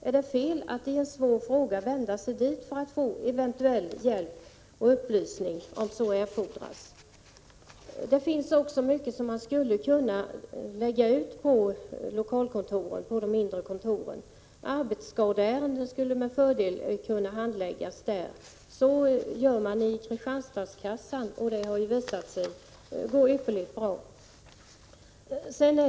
Är det fel att i en svår fråga vända sig dit för att få eventuell hjälp och upplysning om så erfordras? Det finns mycket som skulle kunna läggas på de mindre kontoren. Arbetsskadeärenden exempelvis skulle med fördel kunna handläggas där. Så gör man i Kristianstads kassa. Det har visat sig att det går ypperligt bra.